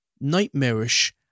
nightmarish